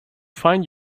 find